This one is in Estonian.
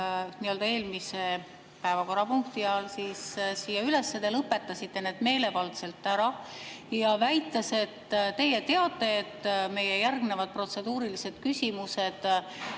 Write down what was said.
nii-öelda eelmise päevakorrapunkti all siia üles. Te lõpetasite need meelevaldselt ära, väites, et te teate, et meie järgnevad protseduurilised küsimused